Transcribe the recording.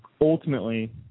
ultimately